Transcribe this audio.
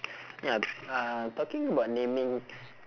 ya uh talking about naming